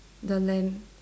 the lamp